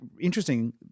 Interesting